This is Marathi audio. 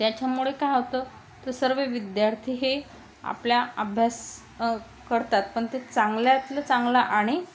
त्याच्यामुळे काय होतं तर सर्व विद्यार्थी हे आपल्या अभ्यास करतात पण ते चांगल्यातलं चांगलं आणि